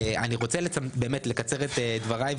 אני רוצה באמת לקצר את דבריי.